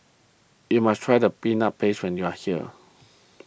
you must try the Peanut Paste when you are here